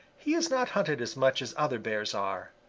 he is not hunted as much as other bears are.